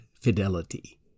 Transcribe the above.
fidelity